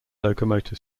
locomotive